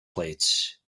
plates